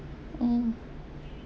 mm